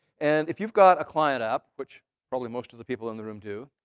and if you've got a client app, which probably most of the people in the room do,